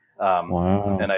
Wow